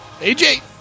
AJ